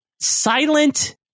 silent